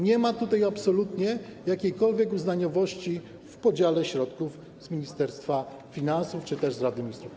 Nie ma tutaj absolutnie jakiejkolwiek uznaniowości w podziale środków z Ministerstwa Finansów czy też z Rady Ministrów.